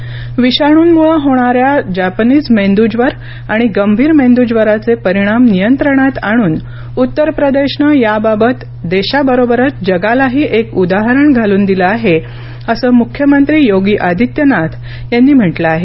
उत्तर प्रदेश लसीकरण विषाणूंमुळे होणाऱ्या जॅपनीज मेंदूज्वर आणि गंभीर मेंदूज्वराचे परिणाम नियंत्रणात आणून उत्तर प्रदेशन याबाबत देशाबरोबरच जगालाही एक उदाहरण घालून दिलं आहे असं मुख्यमंत्री योगी आदित्यनाथ यांनी म्हटलं आहे